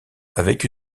avec